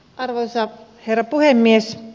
arvoisa herra puhemies